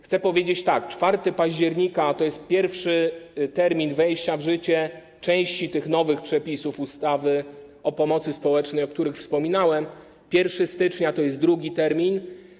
Chcę powiedzieć tak: 4 października to jest pierwszy termin wejścia w życie części tych nowych przepisów ustawy o pomocy społecznej, o których wspominałem, 1 stycznia to jest drugi termin.